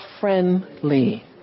friendly